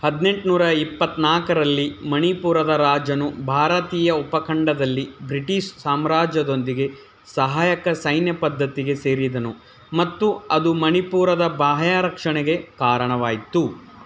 ಹದಿನೆಂಟನೂರ ಇಪ್ಪತ್ತ ನಾಲ್ಕರಲ್ಲಿ ಮಣಿಪುರದ ರಾಜನು ಭಾರತೀಯ ಉಪಖಂಡದಲ್ಲಿ ಬ್ರಿಟಿಷ್ ಸಾಮ್ರಾಜ್ಯದೊಂದಿಗೆ ಸಹಾಯಕ ಸೈನ್ಯ ಪದ್ಧತಿಗೆ ಸೇರಿದನು ಮತ್ತು ಅದು ಮಣಿಪುರದ ಬಾಹ್ಯ ರಕ್ಷಣೆಗೆ ಕಾರಣವಾಯಿತು